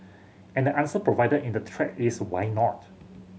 and answer provided in the thread is why not